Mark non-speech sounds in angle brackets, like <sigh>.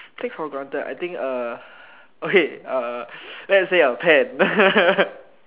take for granted I think uh okay uh let's say a pen <laughs>